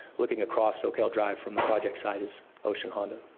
looking across soquel drive from the project site is ocean honda.